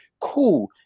cool